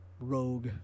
rogue